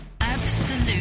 Absolute